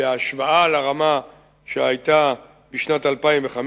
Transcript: בהשוואה לרמה שהיתה בשנת 2005,